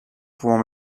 pouvant